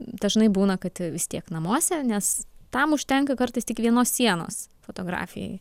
dažnai būna kad vis tiek namuose nes tam užtenka kartais tik vienos sienos fotografijai